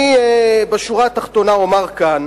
בשורה התחתונה אומר כאן